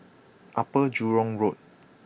Upper Jurong Road